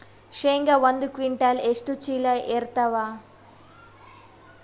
ಶೇಂಗಾ ಒಂದ ಕ್ವಿಂಟಾಲ್ ಎಷ್ಟ ಚೀಲ ಎರತ್ತಾವಾ?